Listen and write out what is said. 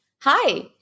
Hi